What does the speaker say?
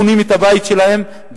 בונים את הבית שלהם,